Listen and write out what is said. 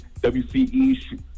WCE